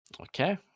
Okay